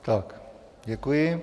Tak děkuji.